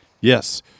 Yes